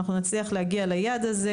אנחנו נצליח להגיע ליעד הזה,